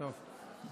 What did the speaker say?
טוב.